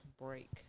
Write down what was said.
break